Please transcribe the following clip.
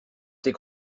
tes